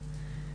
במשרד.